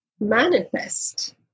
manifest